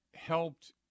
helped